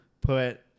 put